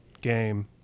game